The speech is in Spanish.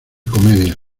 comedia